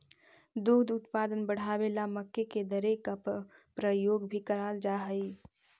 दुग्ध उत्पादन बढ़ावे ला मक्के के दर्रे का प्रयोग भी कराल जा हई